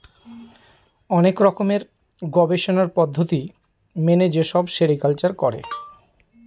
অনেক রকমের গবেষণার পদ্ধতি মেনে যেসব সেরিকালচার করে